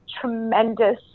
tremendous